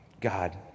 God